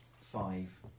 five